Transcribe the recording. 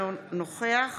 אינו נוכח